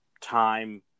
time